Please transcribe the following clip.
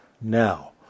now